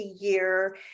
year